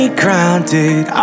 grounded